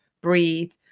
breathe